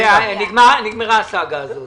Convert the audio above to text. נגמרה הסאגה הזאת.